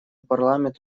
парламент